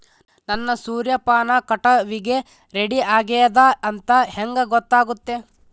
ನನ್ನ ಸೂರ್ಯಪಾನ ಕಟಾವಿಗೆ ರೆಡಿ ಆಗೇದ ಅಂತ ಹೆಂಗ ಗೊತ್ತಾಗುತ್ತೆ?